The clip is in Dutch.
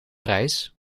reis